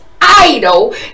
idol